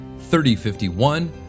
3051